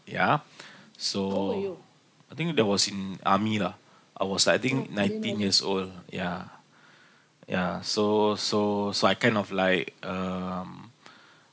yup so I think that was in army lah I was like I think nineteen years old yeah yeah so so so I kind of like um